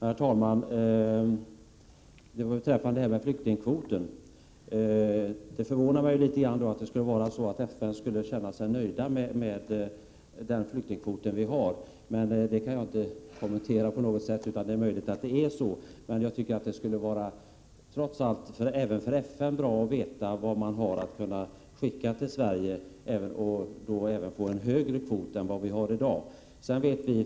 Herr talman! Det förvånar mig att FN skulle känna sig nöjda med den flyktingkvot vi har, men det kan jag inte kommentera — det är möjligt att det är så. Men det borde trots allt även för FN vara bra att veta hur många flyktingar som kan sändas till Sverige, och det borde vara önskvärt med en högre kvot än vad vi har i dag.